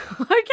Okay